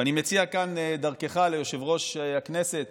ואני מציע כאן, דרכך, ליושב-ראש הכנסת